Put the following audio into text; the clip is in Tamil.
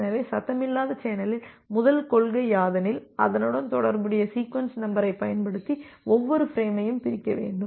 எனவே சத்தமில்லாத சேனலில் முதல் கொள்கையாதெனில் அதனுடன் தொடர்புடைய சீக்வென்ஸ் நம்பரை பயன்படுத்தி ஒவ்வொரு ஃபிரேமையும் பிரிக்க வேண்டும்